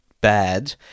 Bad